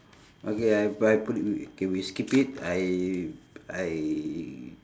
okay I I put it w~ okay we skip it I I